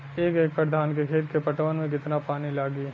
एक एकड़ धान के खेत के पटवन मे कितना पानी लागि?